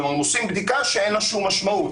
כלומר, הם עושים בדיקה שאין לה שום משמעות.